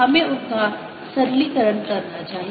हमें उनका सरलीकरण करना चाहिए